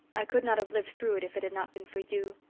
i could not have lived through it if it had not been for you,